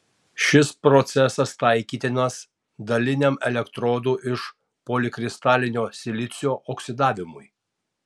šis procesas taikytinas daliniam elektrodų iš polikristalinio silicio oksidavimui